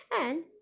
And